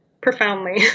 profoundly